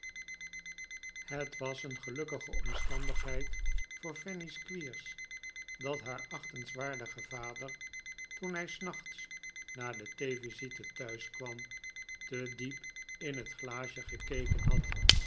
het was een gelukkige omstandigheid voor fanny squeers dat haar achtenswaardige vader toen hij s nachts na de theevisite thuis kwam te diep in het glaasje gekeken had